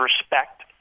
respect